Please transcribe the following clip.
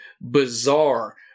bizarre